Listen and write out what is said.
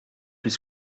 plus